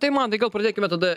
tai mantai gal pradėkime tada